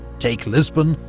take lisbon,